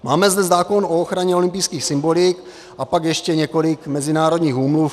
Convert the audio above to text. Máme zde zákon o ochraně olympijských symbolik a pak ještě několik mezinárodních úmluv.